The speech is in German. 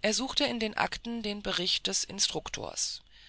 er suchte in den akten den bericht des instruktors